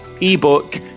ebook